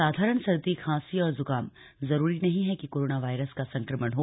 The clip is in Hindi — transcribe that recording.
साधारण सर्दी खांसी और ज्काम जरूरी नहीं है कि कोरोना वायरस का संक्रमण हो